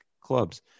clubs